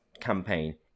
campaign